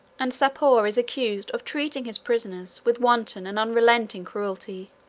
and sapor is accused of treating his prisoners with wanton and unrelenting cruelty.